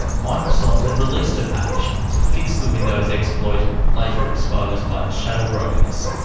microsoft had released a patch to fix the windows exploit later exposed by the shadow brokers,